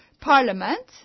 parliament